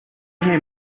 hair